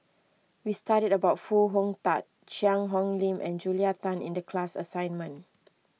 we studied about Foo Hong Tatt Cheang Hong Lim and Julia Tan in the class assignment